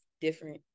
different